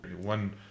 One